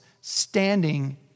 standing